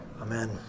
Amen